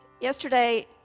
Yesterday